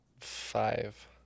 Five